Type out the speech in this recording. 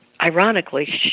Ironically